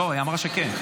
היא אמרה שכן.